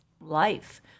life